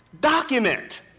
document